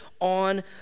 on